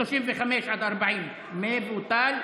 מ-35 עד 40 מבוטל.